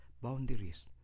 boundaries